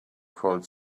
called